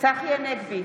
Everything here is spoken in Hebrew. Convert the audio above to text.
צחי הנגבי,